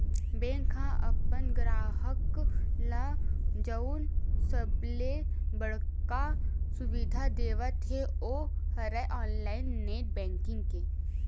bank ह अपन गराहक ल जउन सबले बड़का सुबिधा देवत हे ओ हरय ऑनलाईन नेट बेंकिंग के